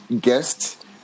guest